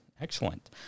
Excellent